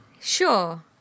Sure